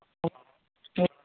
O ഓ